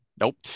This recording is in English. Nope